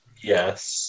Yes